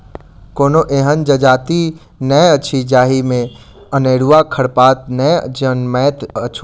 कोनो एहन जजाति नै अछि जाहि मे अनेरूआ खरपात नै जनमैत हुए